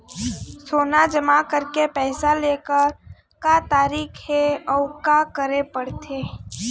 सोना जमा करके पैसा लेकर का तरीका हे अउ का करे पड़थे?